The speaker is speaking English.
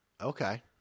Okay